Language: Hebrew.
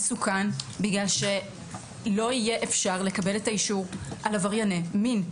בגלל שלא יהיה אפשר לקבל את האישור על עברייני מין.